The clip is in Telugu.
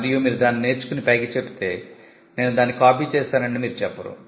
మరియు మీరు దానిని నేర్చుకుని పైకి చెప్పితే నేను దాని కాపీ చేశానని మీరు చెప్పరు